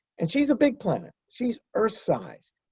and she's a big planet. she's earth-sized.